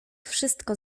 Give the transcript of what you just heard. wszystko